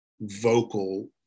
vocal